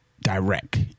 Direct